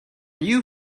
you